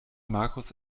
markus